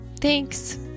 Thanks